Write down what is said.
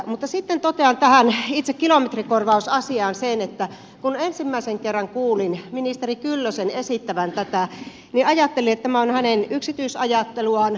mutta sitten totean tähän itse kilometrikorvausasiaan sen että kun ensimmäisen kerran kuulin ministeri kyllösen esittävän tätä niin ajattelin että tämä on hänen yksityisajatteluaan